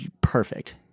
Perfect